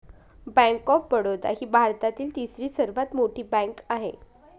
bank of Baroda ही भारतातील तिसरी सर्वात मोठी बँक आहे